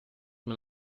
man